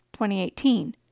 2018